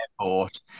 airport